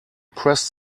pressed